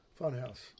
Funhouse